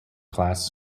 class